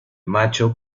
macho